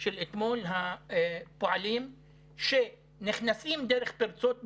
של אתמול, פועלים שנכנסים דרך פרצות בגבול,